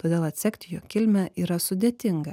todėl atsekti jo kilmę yra sudėtinga